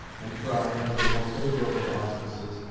and try, under more favourable auspices,